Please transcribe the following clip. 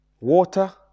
Water